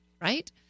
right